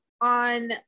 on